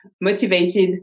motivated